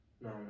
No